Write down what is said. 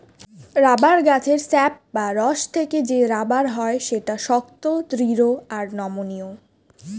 rubber গাছের sap বা রস থেকে যে রাবার হয় সেটা শক্ত, দৃঢ় আর নমনীয়